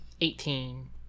eighteen